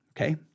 Okay